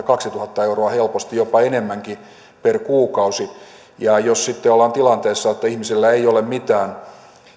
kaksituhatta euroa helposti jopa enemmänkin per kuukausi ja jos sitten ollaan tilanteessa että ihmisillä ei ole mitään